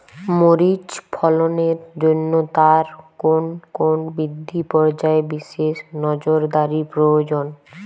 মরিচ ফলনের জন্য তার কোন কোন বৃদ্ধি পর্যায়ে বিশেষ নজরদারি প্রয়োজন?